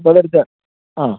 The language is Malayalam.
അപ്പോൾ അത് എടുത്ത് ആ